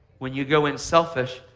when you go in selfish,